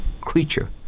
creature